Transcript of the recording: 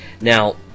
Now